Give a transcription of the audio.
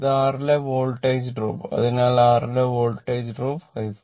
ഇതാണ് r ലെ voltage drop അതിനാൽ r ലെ വോൾട്ടേജ് ഡ്രോപ്പ് 5